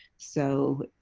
so